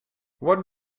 what